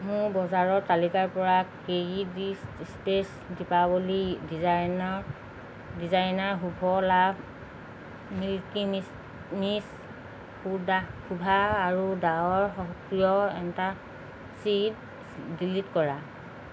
মোৰ বজাৰৰ তালিকাৰ পৰা ক্ৰিডিচ স্পেচ দীপাৱলী ডিজাইনৰ ডিজাইনাৰ শুভ লাভ মিল্কী মিচ নিচ খুডা খোভা আৰু ডাৱৰ সক্ৰিয় এন্টাচিডছ ডিলিট কৰা